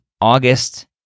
August